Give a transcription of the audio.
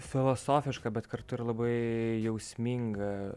filosofiška bet kartu ir labai jausminga